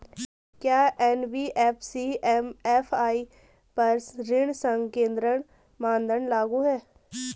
क्या NBFC MFI पर ऋण संकेन्द्रण मानदंड लागू हैं?